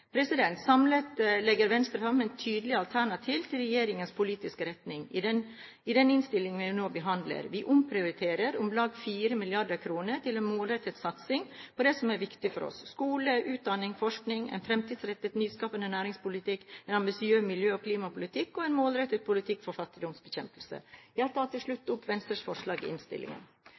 Samlet legger Venstre fram et tydelig alternativ til regjeringens politiske retning – i den innstillingen vi nå behandler. Vi omprioriterer om lag 4 mrd. kr til en målrettet satsing på det som er viktig for oss: skole, utdanning, forskning, en fremtidsrettet og nyskapende næringspolitikk, en ambisiøs miljø- og klimapolitikk og en målrettet politikk for fattigdomsbekjempelse. Jeg tar til slutt opp Venstres forslag i innstillingen.